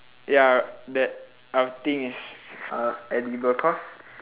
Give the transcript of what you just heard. ya that I'll think is uh edible cause